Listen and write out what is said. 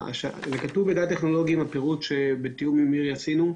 כתוב מידע טכנולוגי עם הפירוט שעשינו בתיאום עם מירי.